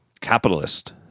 capitalist